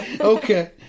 Okay